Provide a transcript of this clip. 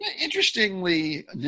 interestingly